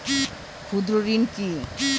ক্ষুদ্র ঋণ কি?